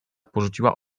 porzuciła